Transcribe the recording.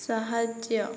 ସାହାଯ୍ୟ